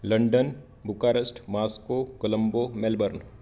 London Bucharest Moscow Colombo Melbourne